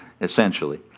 essentially